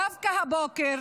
דווקא הבוקר